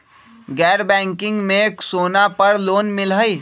गैर बैंकिंग में सोना पर लोन मिलहई?